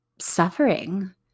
suffering